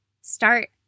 Start